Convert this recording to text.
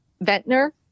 Ventnor